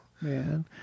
man